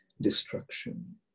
destruction